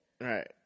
Right